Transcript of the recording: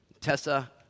Tessa